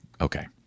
okay